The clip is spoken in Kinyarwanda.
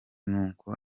n’uko